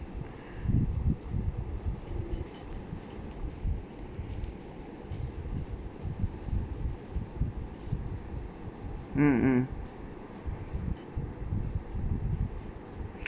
mm mm